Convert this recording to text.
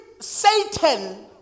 satan